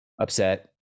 upset